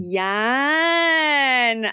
yan